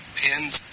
pins